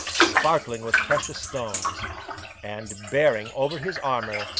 sparkling with precious stones and bearing over his armour,